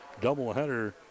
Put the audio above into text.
doubleheader